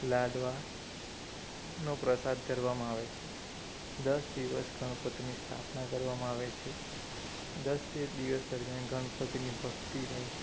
લાડવાનો પ્રસાદ ધરવામાં આવે છે દસ દિવસ ગણપતિની સ્થાપના કરવામાં આવે છે દસે દિવસ દરમ્યાન ગણપતિની ભક્તિમય